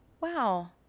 wow